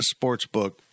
Sportsbook